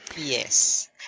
Yes